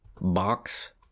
box